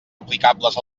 aplicables